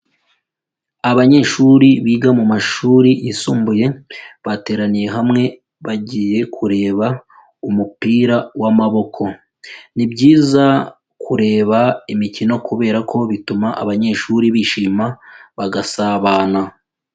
Abanyeshuri biga mu mashuri yisumbuye bateraniye hamwe bagiye kureba umupira w'amaboko, ni byiza kureba imikino kubera ko bituma abanyeshuri bishima bagasabana.